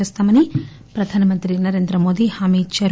చేస్తామని ప్రధానమంత్రి నరేంద్రమోదీ హామీ ఇచ్చారు